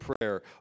prayer